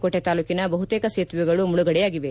ಕೋಟಿ ತಾಲೂಕಿನ ಬಹುತೇಕ ಸೇತುವೆಗಳು ಮುಳುಗಡೆಯಾಗಿವೆ